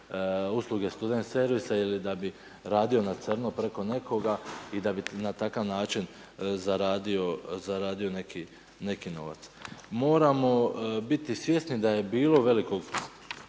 Student servisa ili da bi radio na crno preko nekoga i da bi na takav način zaradio neki novac. Moramo biti svjesni da je bilo velike